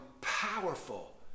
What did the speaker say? powerful